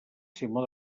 simó